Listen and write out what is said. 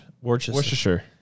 Worcestershire